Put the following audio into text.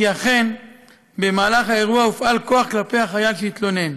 אכן במהלך האירוע הופעל כוח כלפי החייל שהתלונן.